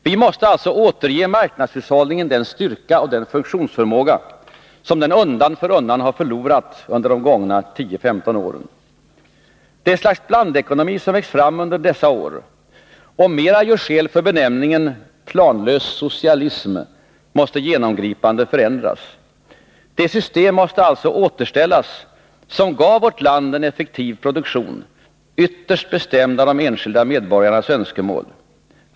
Vi måste alltså återge marknadshushållningen den styrka och den funktionsförmåga som den undan för undan har förlorat under de gångna tio femton åren. Det slags blandekonomi som växt fram under dessa år, som mera gör skäl för benämningen planlös socialism, måste genomgripande förändras. Det system måste alltså återställas som gav vårt land en effektiv produktion, ytterst bestämd av de enskilda medborgarnas önskemål.